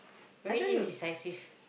very indecisive